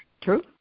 True